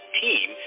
team